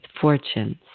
fortunes